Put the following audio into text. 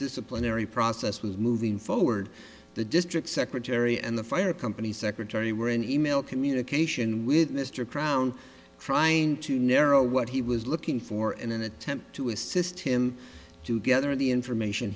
disciplinary process was moving forward the district secretary and the fire company secretary were in e mail communication with mr prout trying to narrow what he was looking for in an attempt to assist him to gather the information